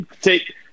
take